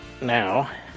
now